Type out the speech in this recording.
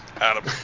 adam